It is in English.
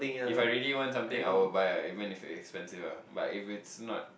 if I really want something I will buy ah even if it's expensive ah but if it's not